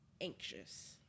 anxious